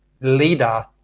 leader